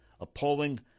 appalling